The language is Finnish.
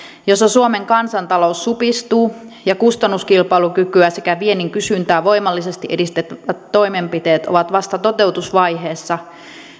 jossa suomen kansantalous supistuu ja kustannuskilpailukykyä sekä viennin kysyntää voimallisesti edistävät toimenpiteet ovat vasta toteutusvaiheessa